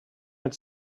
had